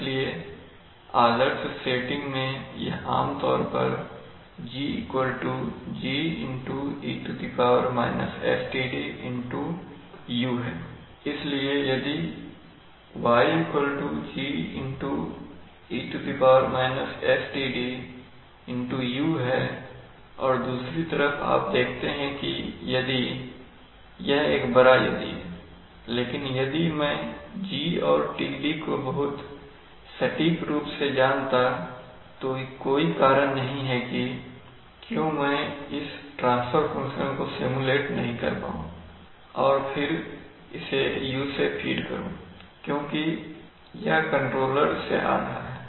इसलिए आदर्श सेटिंग में यह आमतौर पर y G e sTd U है इसलिए यह y G e sTd U है और दूसरी तरफ अब आप देखते हैं कि यदि यह एक बड़ा यदि है लेकिन यदि मैं G और Td को बहुत सटीक रूप से जानता तो कोई कारण नहीं है कि क्यों मैं इस ट्रांसफर फंक्शन को सिमुलेट नहीं कर पाऊँ और फिर इसे U से फीड करूं क्योंकि यह कंट्रोलर से आ रहा है